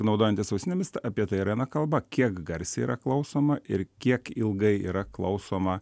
naudojantis ausinėmis ta apie tai ir eina kalba kiek garsiai yra klausoma ir kiek ilgai yra klausoma